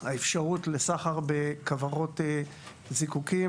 האפשרות לסחר בכוורות זיקוקים.